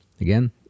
again